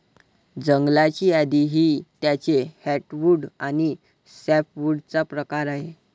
जंगलाची यादी ही त्याचे हर्टवुड आणि सॅपवुडचा प्रकार आहे